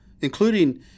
including